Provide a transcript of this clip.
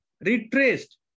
retraced